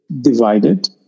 divided